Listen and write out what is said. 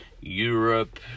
Europe